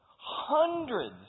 Hundreds